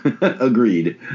Agreed